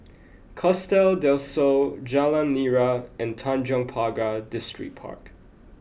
Costa del Sol Jalan Nira and Tanjong Pagar Distripark